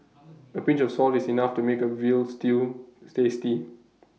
A pinch of salt is enough to make A Veal Stew tasty